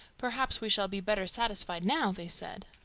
perhaps we shall be better satisfied now! they said.